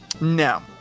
no